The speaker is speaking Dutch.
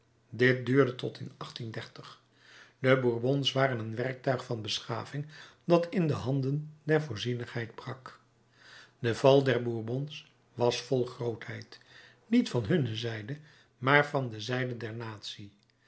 dit duurde tot in de bourbons waren een werktuig van beschaving dat in de handen der voorzienigheid brak de val der bourbons was vol grootheid niet van hun zijde maar van de zijde der